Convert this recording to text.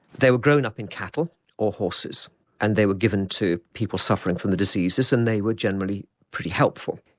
they were grown up in cattle or horses and they were given to people suffering from the diseases and they were generally pretty helpful.